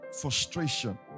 frustration